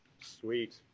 sweet